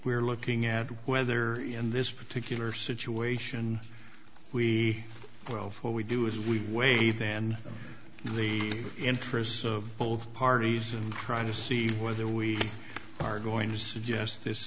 we're looking at whether in this particular situation we profile we do is we wait then the interests of both parties and try to see whether we are going to suggest